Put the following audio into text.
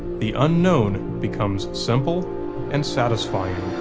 the unknown becomes simple and satisfying.